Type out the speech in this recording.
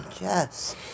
Yes